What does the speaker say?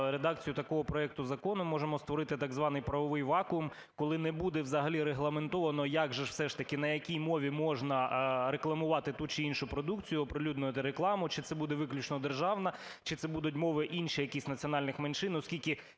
редакцією такого проекту закону, можемо створити так званий правовий вакуум, коли не буде взагалі регламентовано, як же все-таки, на якій мові можна рекламувати ту чи іншу продукцію, оприлюднювати рекламу. Чи це буде виключно державна, чи це будуть мови інші якісь національних меншин?